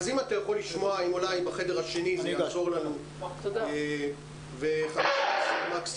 לגבי החרדים אני מעריך שנקנה כמה עשרות אלפי טלפונים פשוטים